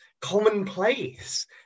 commonplace